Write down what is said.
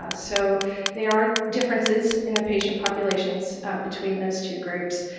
ah so there are differences in the patient populations between those two groups.